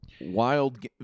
wild